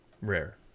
rare